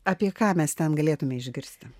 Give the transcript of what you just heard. apie ką mes ten galėtume išgirsti